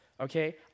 Okay